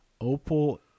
Opal